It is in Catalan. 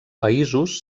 països